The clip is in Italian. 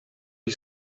gli